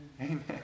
Amen